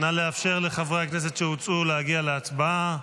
נא לאפשר לחברי הכנסת שהוצאו להגיע להצבעה.